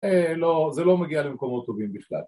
‫לא, זה לא מגיע למקומות טובים ‫cfkk